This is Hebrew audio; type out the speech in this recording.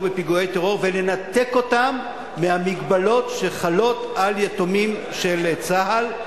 בפיגועי טרור ולנתק אותם מההגבלות שחלות על יתומים של צה"ל.